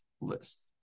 list